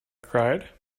cried